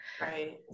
Right